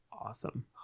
awesome